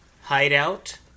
Hideout